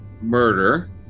murder